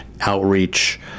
outreach